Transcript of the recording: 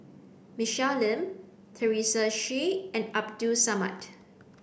Michelle Lim Teresa Hsu and Abdul Samad